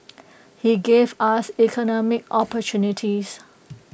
he gave us economic opportunities